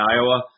Iowa